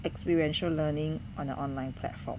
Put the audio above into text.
experiential learning on a online platform